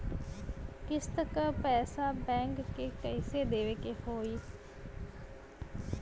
किस्त क पैसा बैंक के कइसे देवे के होई?